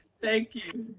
thank you,